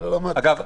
אגב,